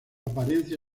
apariencia